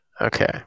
Okay